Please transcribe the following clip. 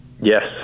Yes